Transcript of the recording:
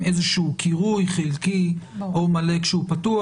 איזה שהוא קירוי חלקי או מלא כשהוא פתוח.